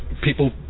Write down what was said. people